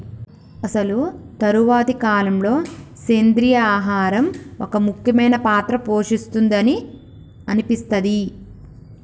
అసలు తరువాతి కాలంలో, సెంద్రీయ ఆహారం ఒక ముఖ్యమైన పాత్ర పోషిస్తుంది అని అనిపిస్తది